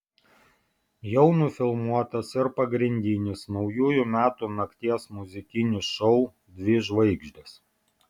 jau nufilmuotas ir pagrindinis naujųjų metų nakties muzikinis šou dvi žvaigždės